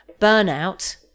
burnout